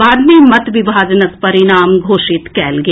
बाद मे मत विभाजनक परिणाम घोषित कएल गेल